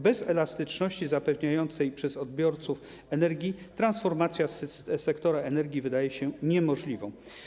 Bez elastyczności zapewnianej przez odbiorów energii transformacja sektora energii wydaje się niemożliwa.